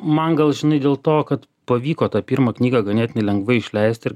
man gal žinai dėl to kad pavyko tą pirmą knygą ganėtinai lengvai išleisti ir